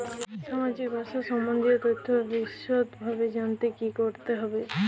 সামাজিক ভাতা সম্বন্ধীয় তথ্য বিষদভাবে জানতে কী করতে হবে?